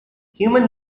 human